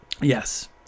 yes